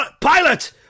Pilot